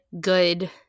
good